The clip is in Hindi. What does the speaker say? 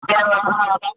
हाँ हाँ बताओ